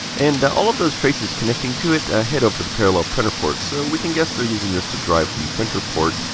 and all of those traces connecting to it ah head over to the parallel printer port. so we can guess they are using this to drive the printer port.